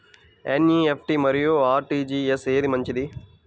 NEFT మరియు RTGS ఏది మంచిది?